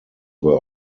were